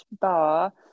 bar